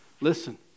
Listen